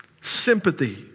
sympathy